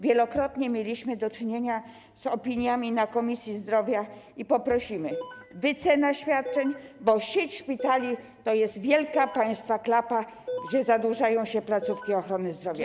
Wielokrotnie mieliśmy do czynienia z opiniami na posiedzeniach Komisji Zdrowia i poprosimy: wycena świadczeń, bo sieć szpitali to jest wielka państwa klapa, gdzie zadłużają się placówki ochrony zdrowia.